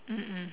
mm mm